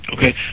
Okay